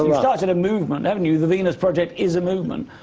you've started a movement, haven't you? the venus project is a movement.